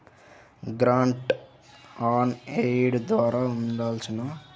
grant on aid ద్వారా అందాల్సిన మొత్తం మాత్రం మాత్రం అంచనాల్లో కేవలం పదమూడు శాతంగా ఉంది